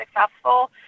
successful